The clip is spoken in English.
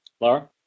Laura